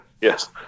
yes